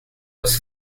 was